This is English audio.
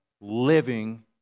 living